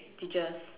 teachers